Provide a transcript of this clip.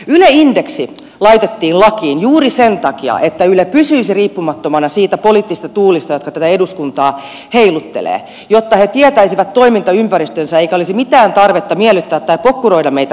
yle indeksi laitettiin lakiin juuri sen takia että yle pysyisi riippumattomana niistä poliittisista tuulista jotka tätä eduskuntaa heiluttelevat jotta he tietäisivät toimintaympäristönsä eikä olisi mitään tarvetta miellyttää tai pokkuroida meitä poliitikkoja